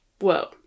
Whoa